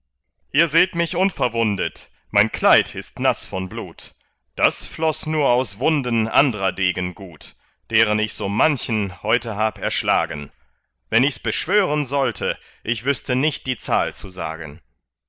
ihr seht mich unverwundet mein kleid ist naß von blut das floß nur aus wunden andrer degen gut deren ich so manchen heute hab erschlagen wenn ichs beschwören sollte ich wüßte nicht die zahl zu sagen